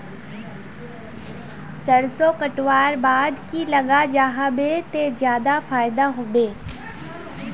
सरसों कटवार बाद की लगा जाहा बे ते ज्यादा फायदा होबे बे?